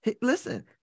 Listen